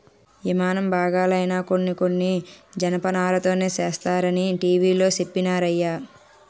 యిమానం బాగాలైనా కొన్ని కొన్ని జనపనారతోనే సేస్తరనీ టీ.వి లో చెప్పినారయ్య